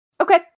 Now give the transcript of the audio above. Okay